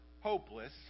hopeless